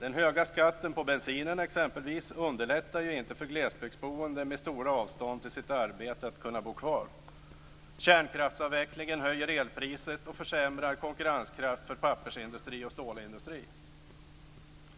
Den höga skatten på bensinen exempelvis underlättar ju inte för glesbygdsboende med stora avstånd till sina arbeten att kunna bo kvar. Kärnkraftsavvecklingen höjer elpriset och försämrar konkurrenskraften för pappersindustri och stålindustri.